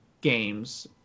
games